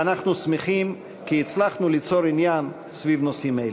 ואנחנו שמחים כי הצלחנו ליצור עניין סביב נושאים אלה.